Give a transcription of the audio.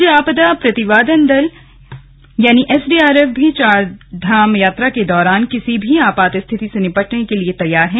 राज्य आपदा प्रतिवादन बल यानी एसडीआरएफ भी चारधाम यात्रा के दौरान किसी भी आपात रिथति से निपटने को तैयार है